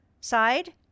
side